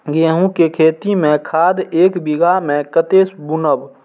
गेंहू के खेती में खाद ऐक बीघा में कते बुनब?